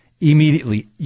immediately